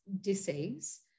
disease